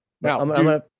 Now